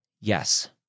Yes